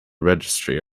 registry